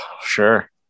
sure